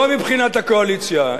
לא מבחינת הקואליציה,